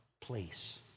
place